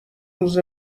روز